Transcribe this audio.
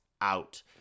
out